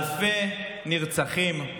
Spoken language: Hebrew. אלפי נרצחים,